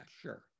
sure